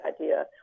idea